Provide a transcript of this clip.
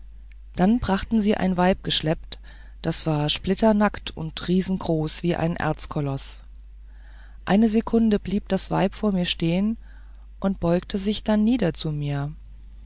dann brachten sie ein weib geschleppt das war splitternackt und riesenhaft wie ein erzkoloß eine sekunde blieb das weib vor mir stehen und beugte sich nieder zu mir